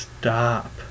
stop